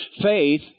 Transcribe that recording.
Faith